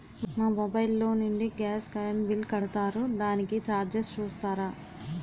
మా మొబైల్ లో నుండి గాస్, కరెన్ బిల్ కడతారు దానికి చార్జెస్ చూస్తారా?